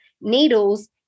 needles